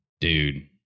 dude